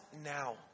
now